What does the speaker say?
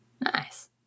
Nice